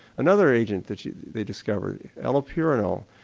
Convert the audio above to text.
another agent that they discovered, allopirinol,